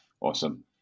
awesome